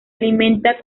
alimenta